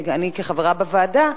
אני כחברה בוועדה,